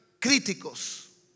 críticos